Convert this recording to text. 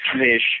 fish